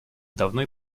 давно